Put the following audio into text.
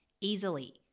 easily